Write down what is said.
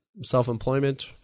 self-employment